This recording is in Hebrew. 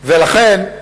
ולכן,